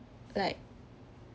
like